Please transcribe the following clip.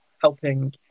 helping